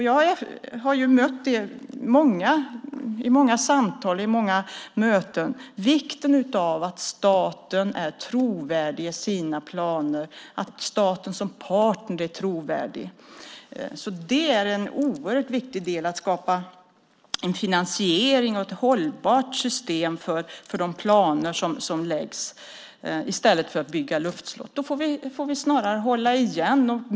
Jag har i många samtal och möten fått höra att det är viktigt att staten är trovärdig i sina planer - att staten som partner är trovärdig. En oerhört viktig del däri är att skapa en finansiering och ett hållbart system för de planer som läggs fram i stället för att bygga luftslott. Då får vi snarare hålla igen.